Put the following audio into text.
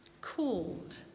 called